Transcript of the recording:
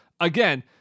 Again